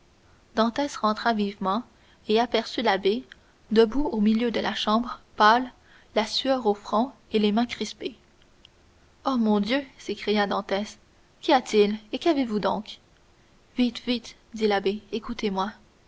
de détresse dantès rentra vivement et aperçut l'abbé debout au milieu de la chambre pâle la sueur au front et les mains crispées oh mon dieu s'écria dantès qu'y a-t-il et qu'avez-vous donc vite vite dit l'abbé écoutez-moi